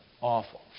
Awful